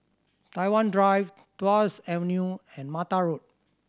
Tai Hwan Drive Tuas Avenue and Mata Road